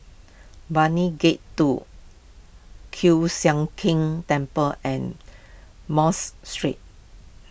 Brani Gate two Kiew Sian King Temple and Mos Street